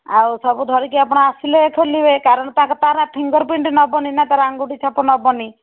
ଆଉ ସବୁ ଧରିକି ଆପଣ ଆସିଲେ ଖୋଲିବେ କାରଣ ତା'ର ଫିଙ୍ଗର୍ପ୍ରିଣ୍ଟ ନେବନି ନା ତା'ର ଆଙ୍ଗୁଠି ଛାପ ନେବନି